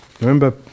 Remember